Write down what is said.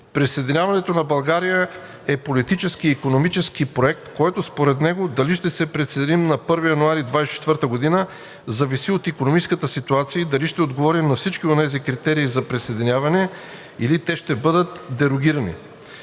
Присъединяването на България е политически и икономически проект, като според него дали ще се присъединим на 1 януари 2024 г., зависи от икономическата ситуация и дали ще отговорим на всички онези критерии за присъединяване, или те ще бъдат дерогирани.